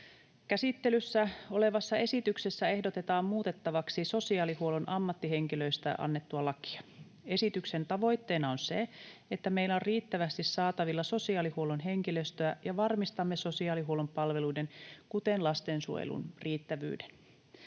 Käsittelyssä olevassa esityksessä ehdotetaan muutettavaksi sosiaalihuollon ammattihenkilöistä annettua lakia. Esityksen tavoitteena on se, että meillä on riittävästi saatavilla sosiaalihuollon henkilöstöä ja varmistamme sosiaalihuollon palveluiden, kuten lastensuojelun, riittävyyden.